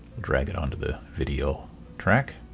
drag it onto the video track.